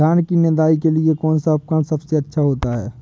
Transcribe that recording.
धान की निदाई के लिए कौन सा उपकरण सबसे अच्छा होता है?